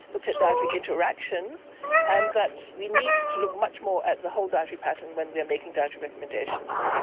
looked at dietary interactions and that we need to look much more at the whole dietary pattern when we are making dietary recommendations.